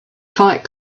fight